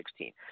2016